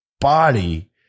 body